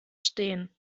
stehen